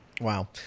Wow